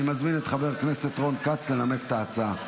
אני מזמין את חבר הכנסת רון כץ לנמק את ההצעה.